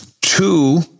two